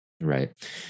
Right